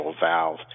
valve